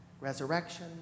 resurrection